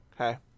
Okay